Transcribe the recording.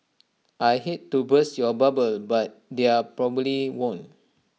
I hate to burst your bubble but they are probably won't